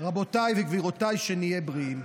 רבותיי וגבירותיי, שנהיה בריאים.